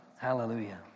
Hallelujah